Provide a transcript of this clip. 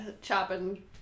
chopping